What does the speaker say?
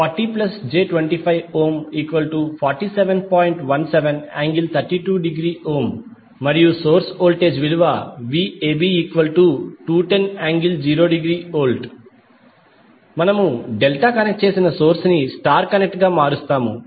17∠32° మరియు source voltage విలువ Vab210∠0°V మనము డెల్టా కనెక్ట్ చేసిన సోర్స్ ని స్టార్ కనెక్ట్ గా మారుస్తాము